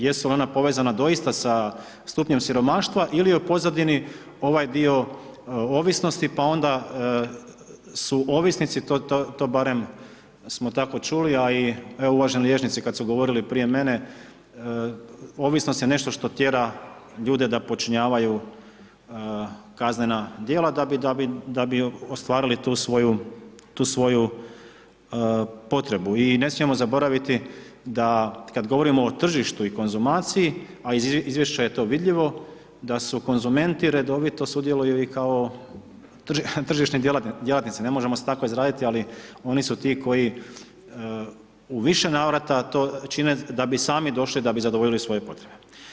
Jesu ona povezana doista sa stupnjem siromaštva ili je u pozadini ovaj dio ovisnosti, pa onda su ovisnici, to barem smo tako čuli, a i uvaženi liječnici kad su govorili prije mene, ovisnost je nešto što tjera ljude da počinjavaju kaznena djela da bi ostvarili tu svoju potrebu i ne smijemo zaboraviti da kad govorimo o tržištu i konzumaciji, a iz izvješća je to vidljivo, da su konzumenti redovito sudjeluju i kao tržišni djelatnici, ne možemo se tako izraziti, ali oni su ti koji u više navrata to čine da bi sami došli da bi zadovoljili svoje potrebe.